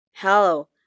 Hello